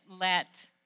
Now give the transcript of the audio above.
let